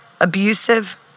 abusive